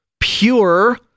pure